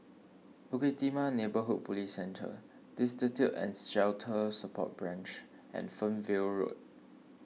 Bukit Timah Neighbourhood Police Centre Destitute and Shelter Support Branch and Fernvale Road